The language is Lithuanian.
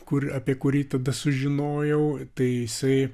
kur apie kurį tada sužinojau tai jisai